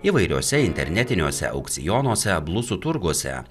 įvairiuose internetiniuose aukcionuose blusų turguose